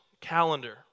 calendar